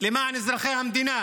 למען אזרחי המדינה